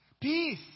Peace